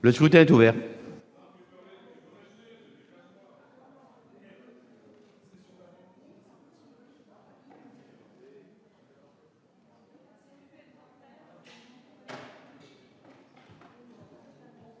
Le scrutin est ouvert.